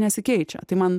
nesikeičia tai man